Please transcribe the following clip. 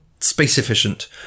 space-efficient